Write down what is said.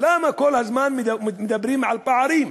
למה כל הזמן מדברים על פערים?